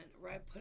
right